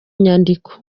nyandiko